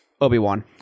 Obi-Wan